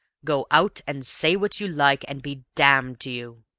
go out and say what you like, and be damned to you!